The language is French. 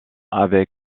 avec